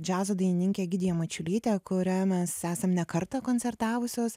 džiazo dainininke egidija mačiulyte kuria mes esam ne kartą koncertavusios